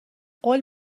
قول